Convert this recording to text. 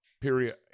period